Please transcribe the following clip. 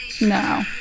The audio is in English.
No